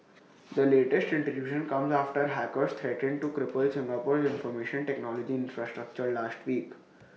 the latest intrusion comes after hackers threatened to cripple Singapore's information technology infrastructure last week